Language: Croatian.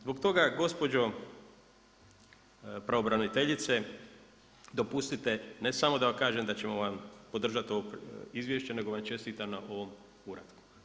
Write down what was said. Zbog toga gospođo pravobraniteljice, dopustite ne samo da vam kažem da ćemo vam podržati ovo izvješće nego vam čestitam na ovom uratku.